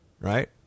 right